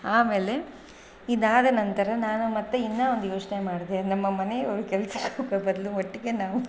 ಆಮೇಲೆ ಇದಾದ ನಂತರ ನಾನು ಮತ್ತು ಇನ್ನು ಒಂದು ಯೋಚನೆ ಮಾಡಿದೆ ನಮ್ಮ ಮನೆಯವರು ಕೆಲಸಕ್ಕೋಗೋ ಬದಲು ಒಟ್ಟಿಗೆ ನಾವು